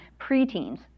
preteens